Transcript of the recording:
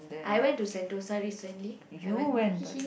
I went to Sentosa recently I went